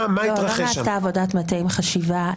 מה התרחש שם?